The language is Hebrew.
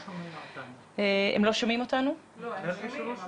אנחנו נמשיך ללירז